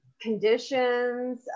conditions